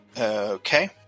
Okay